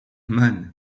man